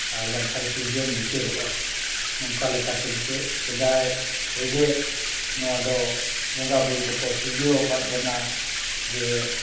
ᱟᱨ ᱵᱟᱝᱠᱷᱟᱱ ᱥᱤᱨᱡᱚᱱ ᱢᱩᱪᱟᱹᱫᱚᱜᱼᱟ ᱱᱚᱝᱠᱟ ᱞᱮᱠᱟ ᱛᱮᱜᱮ ᱥᱮᱫᱟᱭ ᱨᱮᱜᱮ ᱱᱚᱣᱟ ᱫᱚ ᱵᱚᱸᱜᱟ ᱵᱳᱨᱳ ᱠᱚᱠᱚ ᱥᱤᱨᱡᱟᱹᱣ ᱟᱠᱟᱫ ᱵᱚᱱᱟ ᱡᱮ